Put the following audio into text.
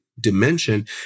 dimension